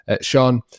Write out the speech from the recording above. Sean